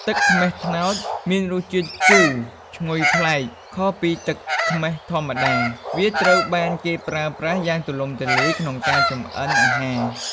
ទឹកខ្មេះត្នោតមានរសជាតិជូរឈ្ងុយប្លែកខុសពីទឹកខ្មេះធម្មតា វាត្រូវបានគេប្រើប្រាស់យ៉ាងទូលំទូលាយក្នុងការចម្អិនអាហារ។